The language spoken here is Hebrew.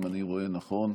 אם אני רואה נכון.